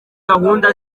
gahunda